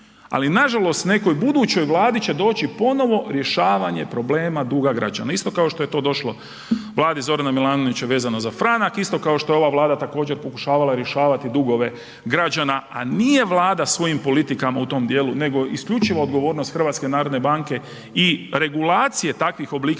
ali nažalost nekoj budućoj vladi će doći ponovo rješavanje problema duga građana. Isto kao što je to došlo vladi Zorana Milanovića vezano za franak, isto kao što je ova Vlada također pokušavala rješavati dugove građana, a nije vlada svojim politikama u tom dijelu nego isključivo odgovornost HNB-a i regulacije takvih oblika